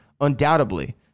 Undoubtedly